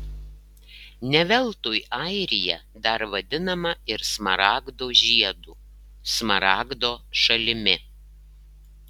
ne veltui airija dar vadinama ir smaragdo žiedu smaragdo šalimi